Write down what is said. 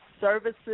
services